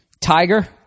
tiger